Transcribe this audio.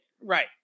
right